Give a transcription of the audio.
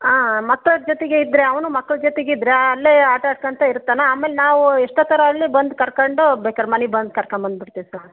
ಹಾಂ ಮಕ್ಳದ್ದು ಜೊತೆಗೆ ಇದ್ದರೆ ಅವನು ಮಕ್ಳು ಜೊತೆಗೆ ಇದ್ದರೆ ಅಲ್ಲೆ ಆಟಾಡ್ಕೊಂತ ಇರ್ತಾನೆ ಆಮೇಲೆ ನಾವು ಎಷ್ಟೊತ್ತಾರ ಆಗ್ಲಿ ಬಂದು ಕರ್ಕೊಂಡು ಬೇಕರೆ ಮನೆಗ್ ಬಂದು ಕರ್ಕಂಬಂದು ಬಿಡ್ತಿವಿ ಸರ್